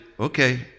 Okay